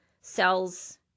cells